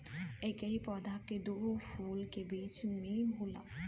एकही पौधा के दू फूल के बीच में होला